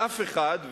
ואף אחד,